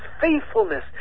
faithfulness